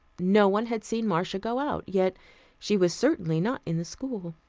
no one had seen marcia go out yet she was certainly not in the school.